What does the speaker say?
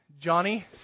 Johnny